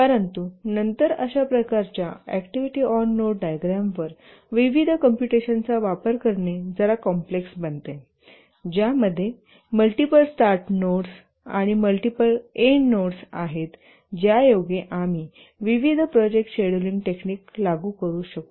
परंतु नंतर अशा प्रकारच्या अॅक्टिव्हिटी ऑन नोड डायग्रामवर विविध कॉम्पूटशनचा वापर करणे जरा कॉम्प्लेक्स बनते ज्यामध्ये मल्टिपल स्टार्ट नोड्स आणि मल्टिपल एंड नोड्स आहेत ज्यायोगे आम्ही विविध प्रोजेक्ट शेड्यूलिंग टेक्निक लागू करू शकू